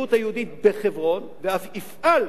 בהתיישבות היהודית בחברון, ואף יפעל,